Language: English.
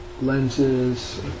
lenses